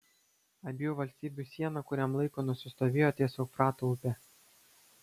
abiejų valstybių siena kuriam laikui nusistovėjo ties eufrato upe